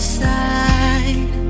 side